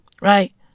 right